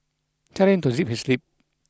tell him to zip his lip